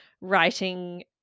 writing